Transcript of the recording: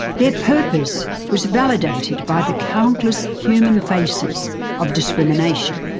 their purpose was validated by the countless human faces of discrimination.